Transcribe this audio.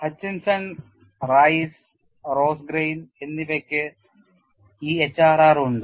Hutchinson Rice Rosengren എന്നിവയ്ക്ക് ഈ HRR ഉണ്ട്